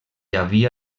havia